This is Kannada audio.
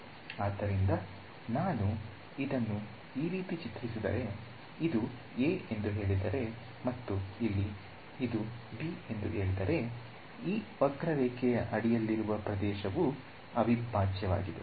ಆದ್ದರಿಂದ ನಾನು ಇದನ್ನು ಈ ರೀತಿ ಚಿತ್ರಿಸಿದರೆ ಇದು a ಎಂದು ಹೇಳಿದರೆ ಮತ್ತು ಇಲ್ಲಿ b ಎಂದು ಹೇಳಿದರೆ ಈ ವಕ್ರರೇಖೆಯ ಅಡಿಯಲ್ಲಿರುವ ಪ್ರದೇಶವು ಅವಿಭಾಜ್ಯವಾಗಿದೆ